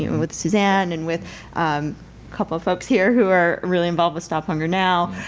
with suzanne and with a couple of folks here who are really involved with stop hunger now,